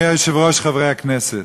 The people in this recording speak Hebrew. חבר הכנסת